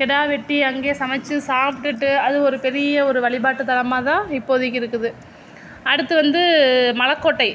கிடா வெட்டி அங்கேயே சமைத்து சாப்பிட்டுட்டு அது ஒரு பெரிய ஒரு வழிபாட்டுத்தலமாகதான் இப்போதைக்கு இருக்குது அடுத்து வந்து மலைக்கோட்டை